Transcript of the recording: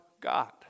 God